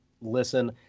listen